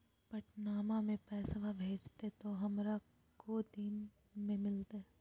पटनमा से पैसबा भेजते तो हमारा को दिन मे मिलते?